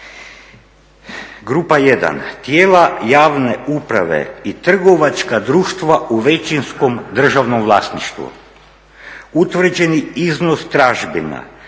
"Grupa 1, tijela javne uprave i trgovačka društva u većinskom državnom vlasništvu, utvrđeni iznos tražbina